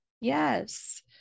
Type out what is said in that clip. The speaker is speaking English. Yes